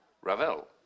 Ravel